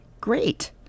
Great